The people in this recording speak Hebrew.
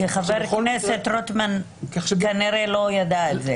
חבר הכנסת רוטמן כנראה לא ידע את זה.